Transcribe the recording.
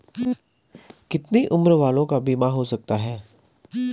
कितने उम्र वालों का बीमा हो सकता है?